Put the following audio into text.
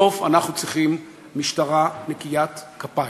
4. ולבסוף, אנחנו צריכים משטרה נקיית כפיים.